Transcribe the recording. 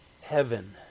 heaven